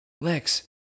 Lex